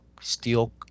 steel